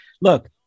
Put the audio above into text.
look